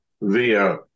via